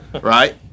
Right